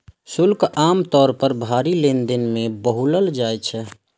शुल्क आम तौर पर भारी लेनदेन मे वसूलल जाइ छै